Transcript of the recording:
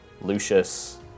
Lucius